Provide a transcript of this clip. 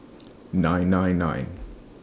nine nine nine